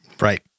Right